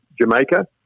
Jamaica